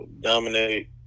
dominate